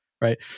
right